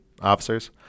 officers